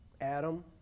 Adam